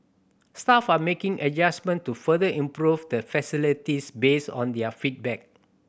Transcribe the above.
staff are making adjustment to further improve the facilities based on their feedback